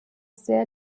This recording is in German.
sehr